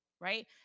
right